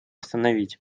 остановить